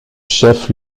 chef